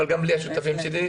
אבל גם בלי השותפים שלי,